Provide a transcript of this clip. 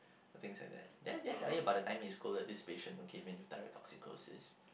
things like that did I did I tell you about the time you scolded this patient who came in with tirotoxicosis